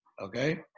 okay